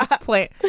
plant